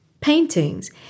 paintings